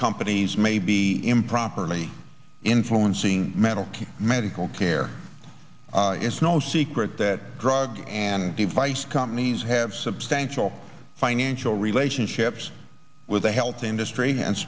companies may be improper me influencing mental medical care it's no secret that drug and device companies have substantial financial relationships with the health industry and